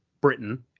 Britain